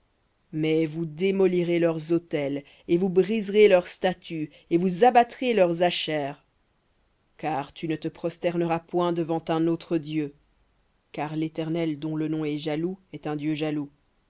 mais vous démolirez leurs autels et vous briserez leurs statues et vous abattrez leurs ashères car tu ne te prosterneras point devant un autre dieu car l'éternel dont le nom est jaloux est un dieu jaloux